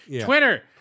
Twitter